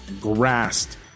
grasped